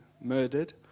murdered